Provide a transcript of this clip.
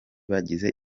bagize